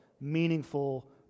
meaningful